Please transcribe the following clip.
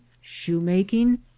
shoemaking